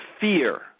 fear